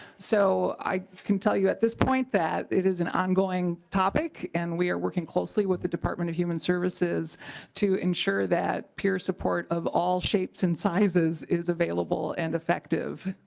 so i can tell you at this point that it was an ongoing topic and we are working closely with the department of human services to ensure that peer supports of all shapes and sizes is available and effective.